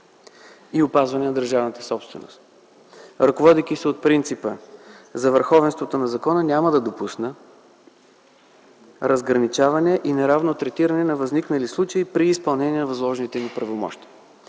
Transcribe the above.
и опазване на държавната собственост. Ръководейки се от принципа за върховенството на закона, няма да допусна разграничаване и неравно третиране на възникнали случаи при изпълнение на възложените ми правомощия.